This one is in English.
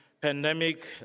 pandemic